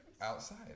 outside